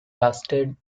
lasted